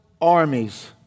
armies